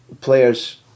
players